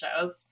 shows